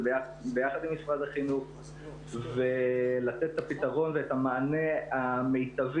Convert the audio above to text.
ביחד עם משרד החינוך ולתת את הפתרון ואת המענה המיטבי.